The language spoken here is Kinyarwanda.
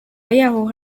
yaho